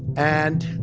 and